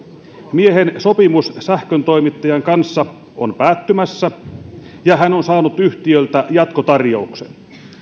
miehen sopimus sähköntoimittajan kanssa on päättymässä ja hän on saanut yhtiöltä jatkotarjouksen